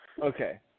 Okay